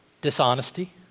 dishonesty